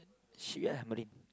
ship ah marine